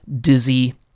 dizzy